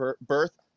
birth